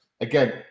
Again